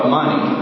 money